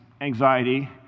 anxiety